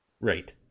Right